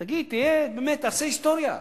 תגיד, תהיה, באמת תעשה היסטוריה.